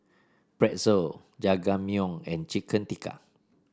Pretzel Jajangmyeon and Chicken Tikka